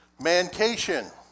mancation